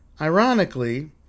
Ironically